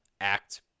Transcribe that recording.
act